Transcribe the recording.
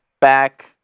back